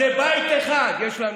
זה בית אחד שיש לנו.